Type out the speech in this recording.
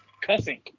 cussing –